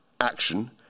action